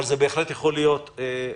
אבל זה בהחלט יכול להיות כך.